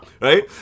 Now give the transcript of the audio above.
right